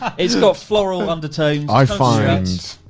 it's got floral undertones. i find,